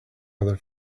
other